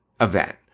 event